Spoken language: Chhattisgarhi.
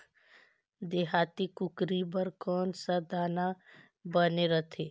देहाती कुकरी बर कौन सा दाना बने रथे?